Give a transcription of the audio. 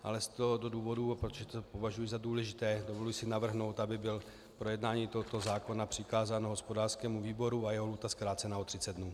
Ale z tohoto důvodu a proto, že to považuji za důležité, dovoluji si navrhnout, aby bylo projednání tohoto zákona přikázáno hospodářskému výboru a jeho lhůta zkrácena o 30 dnů.